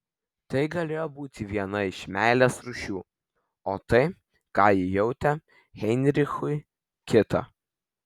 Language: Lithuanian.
tai galėjo būti viena iš meilės rūšių o tai ką ji jautė heinrichui kita